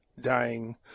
dying